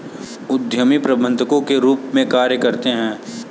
उद्यमी प्रबंधकों के रूप में कार्य करते हैं